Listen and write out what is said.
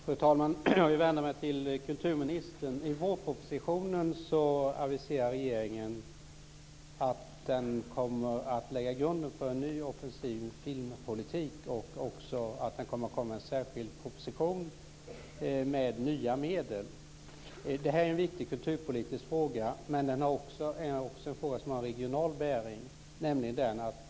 Fru talman! Jag vill vända mig till kulturministern. I vårpropositionen aviserar regeringen att den kommer att lägga grunden för en ny offensiv filmpolitik. Det skall komma en särskild proposition där det anvisas nya medel. Detta är en viktig kulturpolitisk fråga, men den har också en regional bäring.